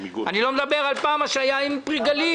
אני לא מדבר על מה שהיה עם פרי גליל.